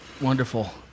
Wonderful